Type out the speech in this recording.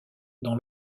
dans